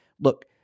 look